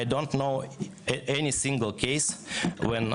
אני לא מכיר שום מקרה שבו